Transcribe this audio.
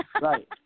Right